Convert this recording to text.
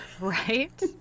Right